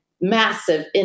massive